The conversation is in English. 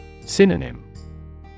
Synonym